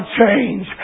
change